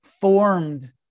formed